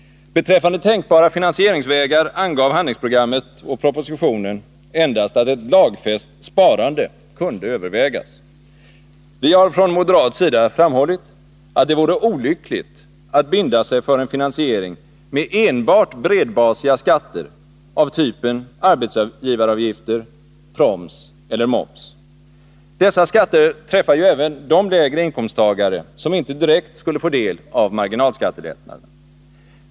Beträffande tänkbara finansieringsvägar angav handlingsprogrammet och propositionen endast att ett lagfäst sparande kunde övervägas. Vi har från moderat sida framhållit, att det vore olyckligt att binda sig för en finansiering med enbart bredbasiga skatter av typen arbetsgivaravgifter, proms eller moms. Dessa skatter träffar ju även de lägre inkomsttagare som inte direkt skulle få del av marginalskattelättnaderna.